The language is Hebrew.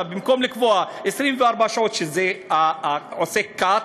במקום לקבוע 24 שעות שזה עושה cut,